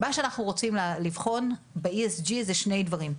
מה שאנחנו רוצים לבחון ב-ESG הוא שני דברים,